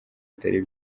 atari